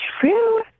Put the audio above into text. true